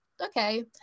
okay